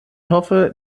hoffe